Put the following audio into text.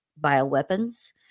bioweapons